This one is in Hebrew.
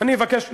אני אבקש,